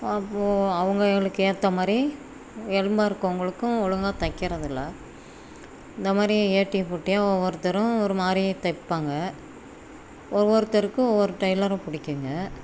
அப்போது அவங்களுக்கு ஏற்ற மாதிரி எலும்பாக இருக்கவங்களுக்கும் ஒழுங்கா தைக்கிறதில்லை இந்த மாதிரி ஏட்டிக்கு போட்டியாக ஒவ்வொருத்தரும் ஒரு மாதிரி தைப்பாங்க ஒவ்வொருத்தருக்கும் ஒவ்வொரு டைலரை பிடிக்குங்க